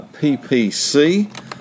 PPC